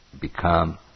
become